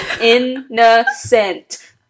Innocent